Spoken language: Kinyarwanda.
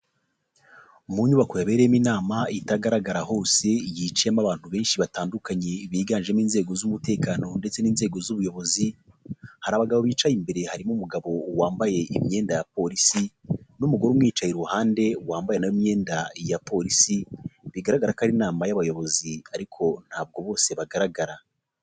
Mu nyubako yabereyemo inama itagaragara hose, yicayeyemo abantu benshi batandukanye biganjemo inzego z'umutekano ndetse n'inzego z'ubuyobozi, hari abagabo bicaye imbere harimo umugabo wambaye imyenda ya Polisi n'umugore umwicaye iruhande wambaye imyenda ya Polisi bigaragara ko ari inama y'abayobozi ariko ntabwo bose bagaragara.